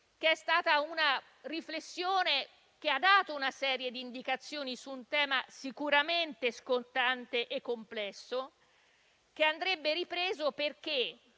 È stata una riflessione che ha dato una serie di indicazioni su un tema sicuramente scottante e complesso, che andrebbe ripreso, perché